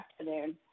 afternoon